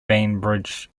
bainbridge